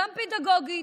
גם פדגוגית.